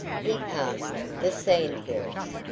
he passed the sand hills.